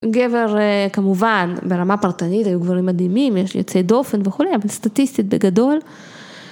גבר כמובן ברמה פרטנית, היו גברים מדהימים, יש לי יוצאי דופן וכולי, אבל סטטיסטית בגדול.